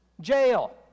Jail